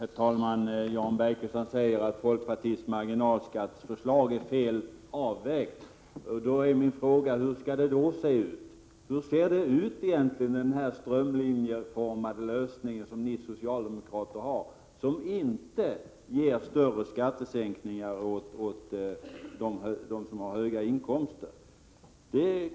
Herr talman! Jan Bergqvist säger att folkpartiets marginalskatteförslag är fel avvägt. Hur skall det då se ut? Hur ser det egentligen ut med den strömlinjeformade lösning som ni socialdemokrater har och som inte ger större skattesänkningar åt dem med höga inkomster?